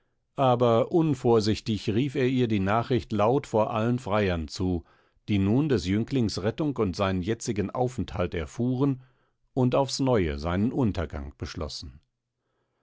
aber unvorsichtig rief er ihr die nachricht laut vor allen freiern zu die nun des jünglings rettung und seinen jetzigen aufenthalt erfuhren und aufs neue seinen untergang beschlossen